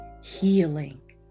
healing